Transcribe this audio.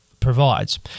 provides